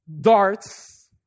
darts